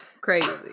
Crazy